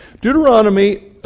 Deuteronomy